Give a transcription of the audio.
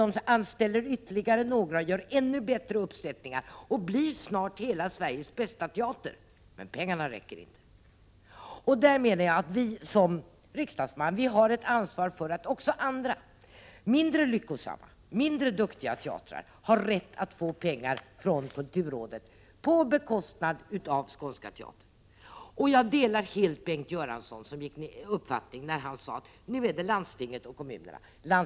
Då anställer de ytterligare några människor och gör ännu bättre uppsättningar, och blir snart hela Sveriges bästa teater, men pengarna räcker inte. I detta sammanhang menar jag att vi som riksdagsmän har ett ansvar för att även andra mindre lyckosamma och mindre duktiga teatrar har rätt att få pengar från kulturrådet på bekostnad av Skånska teatern. Jag delar helt Bengt Göranssons uppfattning då han sade att det nu är landstinget och kommunerna som får göra sitt.